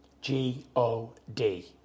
G-O-D